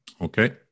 Okay